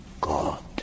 God